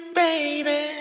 baby